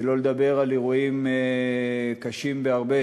שלא לדבר על אירועים קשים בהרבה,